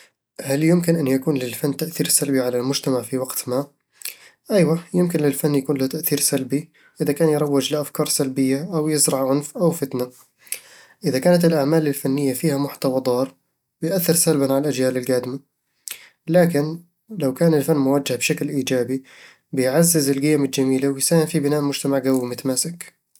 هل يمكن أن يكون للفن تأثير سلبي على المجتمع في وقت ما؟ أيوه، يمكن للفن يكون له تأثير سلبي إذا كان يروج لأفكار سلبية أو يزرع العنف أو الفتنة إذا كانت الأعمال الفنية فيها محتوى ضار بتأثر سلبًا على الأجيال القادمة لكن لو كان الفن موجه بشكل إيجابي، بيعزز القيم الجميلة ويساهم في بناء مجتمع قوي ومتماسك